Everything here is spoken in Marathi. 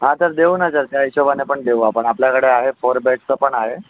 हा सर देऊ ना सर त्या हिशोबाने पण देऊ आपण आपल्याकडे आहे फोर बेडचं पण आहे